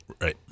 right